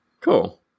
cool